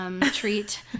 treat